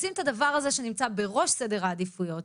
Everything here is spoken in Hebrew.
לשים את הדבר הזה שנמצא בראש סדר העדיפויות.